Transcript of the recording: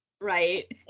right